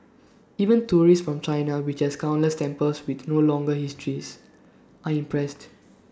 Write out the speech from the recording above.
even tourists from China which has countless temples with no longer histories are impressed